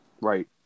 Right